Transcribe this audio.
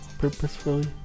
Purposefully